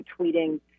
tweeting